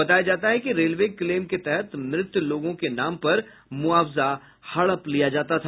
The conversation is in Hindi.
बताया जाता है कि रेलवे क्लेम के तहत मृत लोगों के नाम पर मुआवजा हड़प लिया जाता था